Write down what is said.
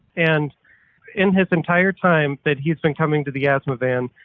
and in his entire time that he's been coming to the asthma van,